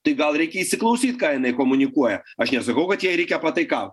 tai gal reikia įsiklausyt ką jinai komunikuoja aš nesakau kad jai reikia pataikaut